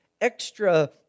extra